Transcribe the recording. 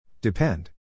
Depend